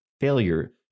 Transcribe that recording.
failure